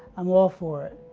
i'm all for it.